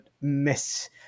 miss